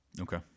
okay